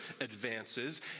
advances